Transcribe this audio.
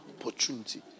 Opportunity